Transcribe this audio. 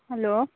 hello